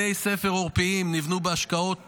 בתי ספר עורפיים נבנו בהשקעות